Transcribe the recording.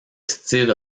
style